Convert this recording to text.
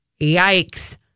yikes